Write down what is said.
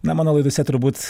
na mano laidose turbūt